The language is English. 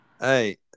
Hey